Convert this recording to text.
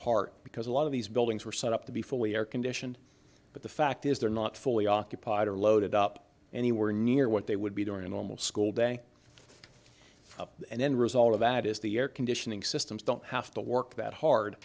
part because a lot of these buildings were set up to be fully air conditioned but the fact is they're not fully occupied or loaded up anywhere near what they would be during a normal school day and then result of that is the air conditioning systems don't have to work that hard